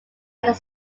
united